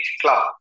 club